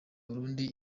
burundi